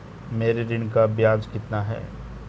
मेरे ऋण का ब्याज कितना है?